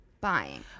buying